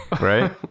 right